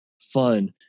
fun